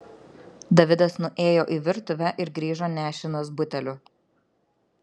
davidas nuėjo į virtuvę ir grįžo nešinas buteliu